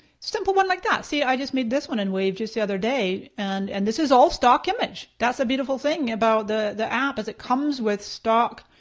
simple one like that, see? i just made this one in wave just the other day. and and this is all stock image. that's the beautiful thing about the the app is it comes with stock